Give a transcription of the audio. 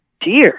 dear